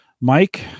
Mike